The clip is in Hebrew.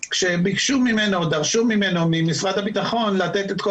כשביקשו ממנו או דרשו ממנו ממשרד הביטחון לתת את כל